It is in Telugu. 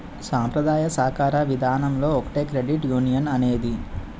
సాంప్రదాయ సాకార విధానంలో ఒకటే క్రెడిట్ యునియన్ అనేది